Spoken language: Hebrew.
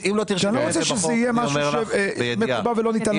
כי אני לא רוצה שזה יהיה משהו שמקובע ולא ניתן לזוז.